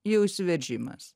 jau įsiveržimas